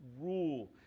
rule